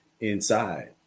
inside